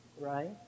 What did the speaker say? right